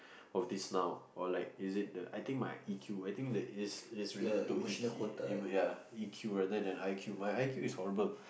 of this now or like is it the I think my E_Q I think the it is it is related to E_Q ya E_Q rather than I_Q my I_Q is horrible